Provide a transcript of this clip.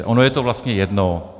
Ono je to vlastně jedno.